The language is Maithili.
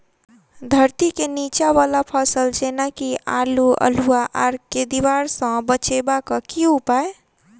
धरती केँ नीचा वला फसल जेना की आलु, अल्हुआ आर केँ दीवार सऽ बचेबाक की उपाय?